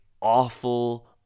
awful